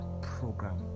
program